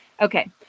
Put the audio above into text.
Okay